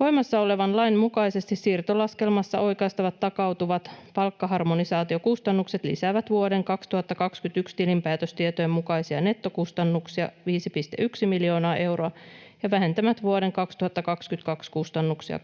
Voimassa olevan lain mukaisesti siirtolaskelmassa oikaistavat takautuvat palkkaharmonisaatiokustannukset lisäävät vuoden 2021 tilinpäätöstietojen mukaisia nettokustannuksia 5,1 miljoonaa euroa ja vähentävät vuoden 2022 kustannuksia